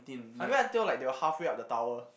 I read until like they were halfway up the tower